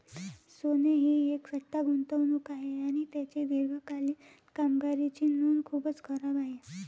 सोने ही एक सट्टा गुंतवणूक आहे आणि त्याची दीर्घकालीन कामगिरीची नोंद खूपच खराब आहे